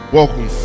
Welcome